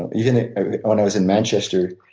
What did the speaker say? ah even when i was in manchester